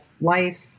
life